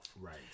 Right